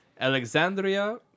Alexandria